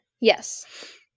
Yes